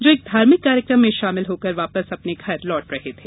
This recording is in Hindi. जो एक धार्मिक कार्यक्रम में शामिल होकर वापस अपने घर लौट रहे थे